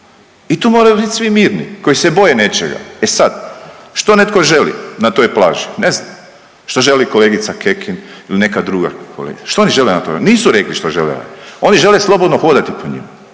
i tu moraju bit svi mirni koji se boje nečega. E sad, što netko želi na toj plaži? Ne znam. Što želi kolegica Kekin ili neka druga .../nerazumljivo/... što oni žele na tom, nisu rekli što žele .../nerazumljivo/... oni žele slobodno hodati po njima.